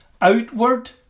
outward